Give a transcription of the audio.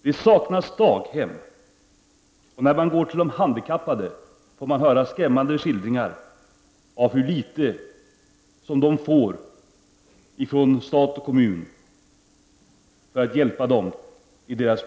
Det saknas daghem, och av de handikappade får man höra skrämmande skildringar av hur litet hjälp i sin svåra situation de får av stat och kommun.